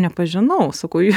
nepažinau sakau